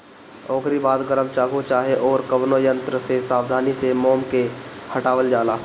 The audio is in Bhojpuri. ओकरी बाद गरम चाकू चाहे अउरी कवनो यंत्र से सावधानी से मोम के हटावल जाला